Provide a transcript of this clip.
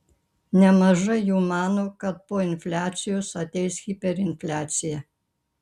nemažai jų mano kad po infliacijos ateis hiperinfliacija